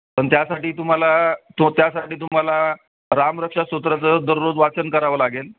पण त्यासाठी तुम्हाला तो त्यासाठी तुम्हाला रामरक्षा स्तोत्राचं दररोज वाचन करावं लागेल